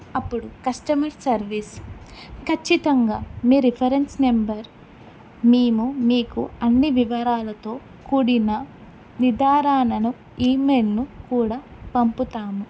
అప్పుడు customer service ఖచ్చితంగా మీ రిఫరెన్స్ నెంబర్ మేము మీకు అన్ని వివరాలతో కూడిన ఆధారాాలను ఈమెయిల్ను కూడా పంపుతాము